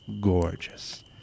gorgeous